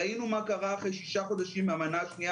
ראינו מה קרה אחרי שישה חודשים מהמנה השניה